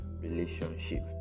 relationship